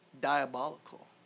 diabolical